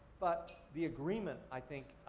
but, the agreement, i think,